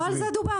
לא על זה דובר.